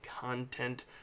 content